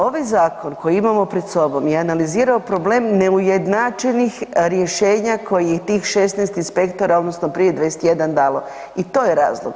Ovaj zakon koji imamo pred sobom je analizirao problem neujednačenih rješenja kojih tih 16 inspektora odnosno prije 21 dalo i to je razlog.